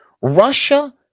russia